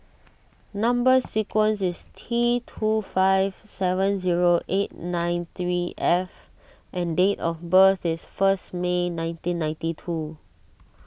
Number Sequence is T two five seven zero eight nine three F and date of birth is first May nineteen ninety two